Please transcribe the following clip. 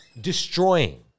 destroying